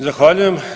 Zahvaljujem.